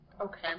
Okay